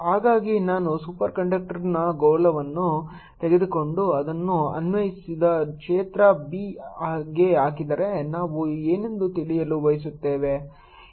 ಹಾಗಾಗಿ ನಾನು ಸೂಪರ್ ಕಂಡಕ್ಟರ್ನ ಗೋಳವನ್ನು ತೆಗೆದುಕೊಂಡು ಅದನ್ನು ಅನ್ವಯಿಸಿದ ಕ್ಷೇತ್ರ B ಗೆ ಹಾಕಿದರೆ ನಾವು ಏನೆಂದು ತಿಳಿಯಲು ಬಯಸುತ್ತೇವೆ